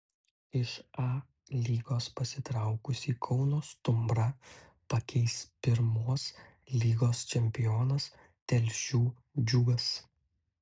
iš a lygos pasitraukusį kauno stumbrą pakeis pirmos lygos čempionas telšių džiugas